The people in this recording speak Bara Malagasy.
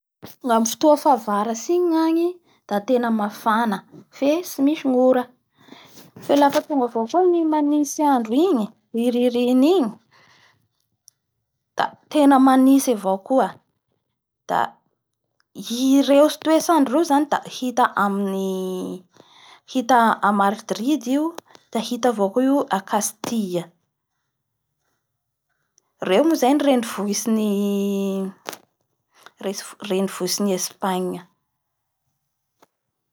Lafa tonga ny fotoa manitsy la manitsy gnandro agny sady maiky fa laf tonga avao koa fahavaratsy igny amin'ny fotoa mafana igny la may gnagny sady misy erikeriky. Misy ora mifanohitsy zany ny toetrandro agny.